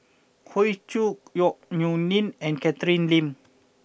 Hoey Choo Yong Nyuk Lin and Catherine Lim